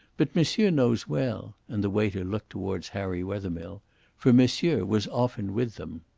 but monsieur knows well and the waiter looked towards harry wethermill for monsieur was often with them.